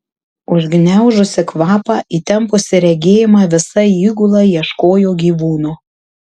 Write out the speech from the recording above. užgniaužusi kvapą įtempusi regėjimą visa įgula ieškojo gyvūno